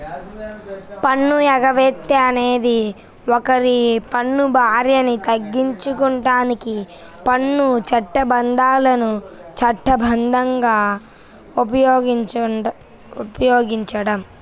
పన్ను ఎగవేత అనేది ఒకరి పన్ను భారాన్ని తగ్గించడానికి పన్ను చట్టాలను చట్టబద్ధంగా ఉపయోగించడం